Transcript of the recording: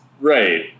right